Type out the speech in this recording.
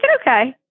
okay